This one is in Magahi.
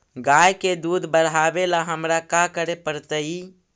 गाय के दुध बढ़ावेला हमरा का करे पड़तई?